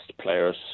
players